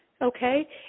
okay